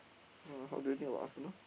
ah how do you think about Arsenal